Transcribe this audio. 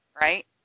right